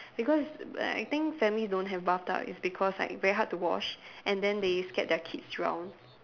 because like I think families don't have bathtub is because like very hard to wash and then they scared their kids drown